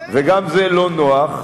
וגם זה לא נוח,